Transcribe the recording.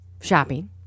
shopping